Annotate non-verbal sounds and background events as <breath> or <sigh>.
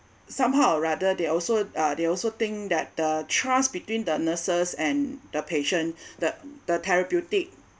somehow or rather they also uh they also think that the trust between the nurses and the patient <breath> the the therapeutic